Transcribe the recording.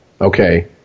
Okay